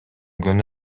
күнү